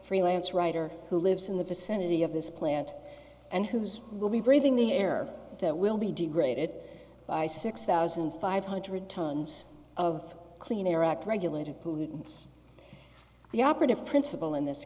freelance writer who lives in the vicinity of this plant and whose will be breathing the air that will be degraded by six thousand five hundred tons of clean air act regulated the operative principle in this